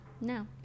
No